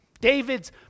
David's